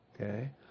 Okay